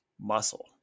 muscle